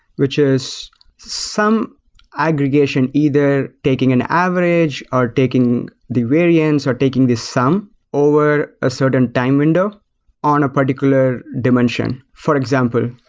which is some aggregation, either taking an average or taking the variants or taking the sum over a certain time window on a particular dimension. for example,